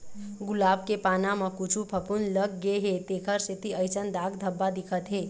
गुलाब के पाना म कुछु फफुंद लग गे हे तेखर सेती अइसन दाग धब्बा दिखत हे